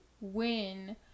win